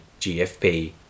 GFP